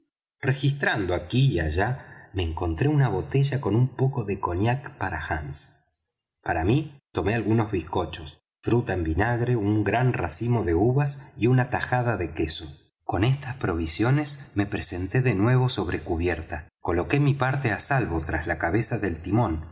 registrando aquí y allá me encontré una botella con un poco de cognac para hands para mí tomé algunos bizcochos frutas en vinagre un gran racimo de uvas y una tajada de queso con estas provisiones me presenté de nuevo sobre cubierta coloqué mi parte á salvo tras la cabeza del timón